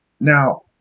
now